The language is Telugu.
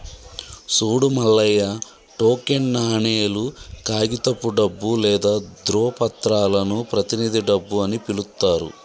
సూడు మల్లయ్య టోకెన్ నాణేలు, కాగితపు డబ్బు లేదా ధ్రువపత్రాలను ప్రతినిధి డబ్బు అని పిలుత్తారు